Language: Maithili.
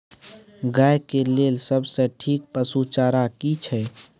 गाय के लेल सबसे ठीक पसु चारा की छै?